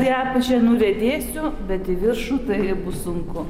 gegužę nuriedėsiu bet į viršų tai bus sunku